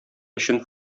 өчен